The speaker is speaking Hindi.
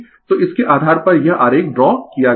तो इसके आधार पर यह आरेख ड्रा किया गया है